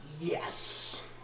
Yes